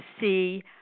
see